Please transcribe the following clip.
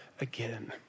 again